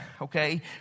okay